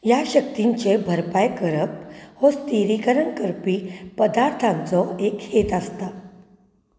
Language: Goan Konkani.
ह्या शक्तींचें भरपाय करप हो स्थिरीकरण करपी पदार्थांचो एक हेत आसता